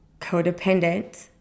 codependent